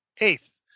Eighth